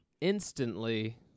Instantly